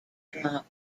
drop